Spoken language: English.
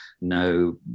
no